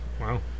wow